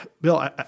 Bill